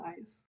eyes